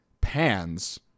pans